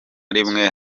rimwe